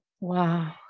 Wow